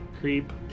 creep